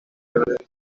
sentence